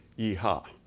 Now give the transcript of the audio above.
yee haw.